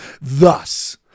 Thus